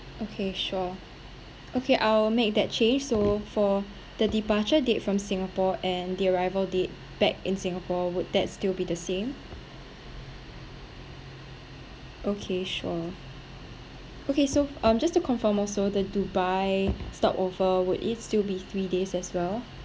okay sure okay I'll make that change so for the departure date from singapore and the arrival date back in singapore would that still be the same okay sure okay so um just to confirm also the dubai stopover would it still be three days as well